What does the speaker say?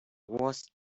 was